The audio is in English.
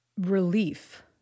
relief